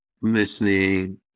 listening